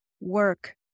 work